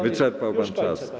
Wyczerpał pan czas.